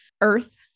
Earth